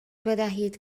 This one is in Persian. بدهید